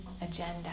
agenda